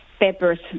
peppers